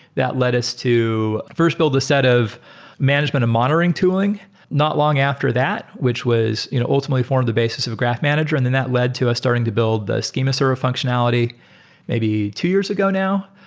that led us to first build a set of management and monitoring tooling not long after that, which was you know ultimately formed the basis of graph manager. and then that led to us starting to build the schema sort of functionality maybe two years ago now.